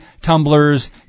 tumblers